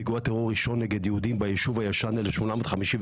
פיגוע טרור ראשון נגד יהודים ביישוב הישן ב-1851,